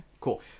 Cool